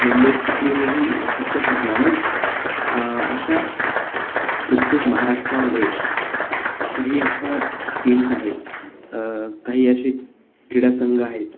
मुंबईची टीमही तितकेच आणि अशा प्रत्येक महाराष्ट्रामध्ये काही अशा टीम्स आहेत काही असे क्रीडा संघ आहेत